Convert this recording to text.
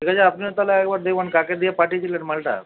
ঠিক আছে আপনিও তাহলে একবার দেখুন কাকে দিয়ে পাঠিয়েছিলেন মালটা